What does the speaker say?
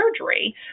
surgery